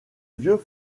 vieux